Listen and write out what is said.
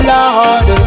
Lord